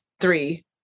three